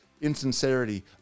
insincerity